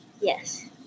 Yes